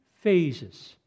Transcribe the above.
phases